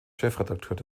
chefredakteur